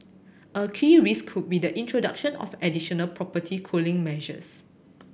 a key risk could be the introduction of additional property cooling measures